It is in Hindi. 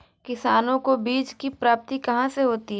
किसानों को बीज की प्राप्ति कहाँ से होती है?